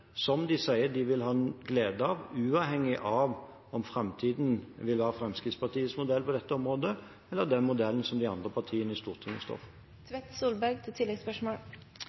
som de sier de vil ha glede av, uavhengig av om framtiden vil ha Fremskrittspartiets modell på dette området, eller den modellen som de andre partiene i Stortinget står